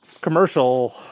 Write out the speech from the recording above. commercial